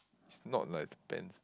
it's not like the tenth